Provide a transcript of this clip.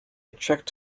checked